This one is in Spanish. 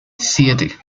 siete